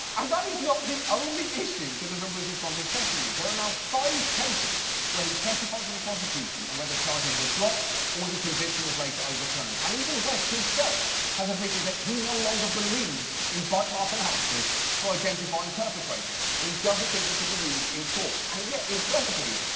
and that is not the only issue that has arisen from his testimony. there are now five cases where he testified for the prosecution and where the charges were dropped or the conviction was like later over turned and even west himself has admitted that he no longer believes in bite mark analysis for identifying perpetrators and he doesn't think it should be used in court. and yet, incredibly,